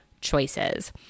choices